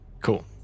Cool